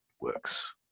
works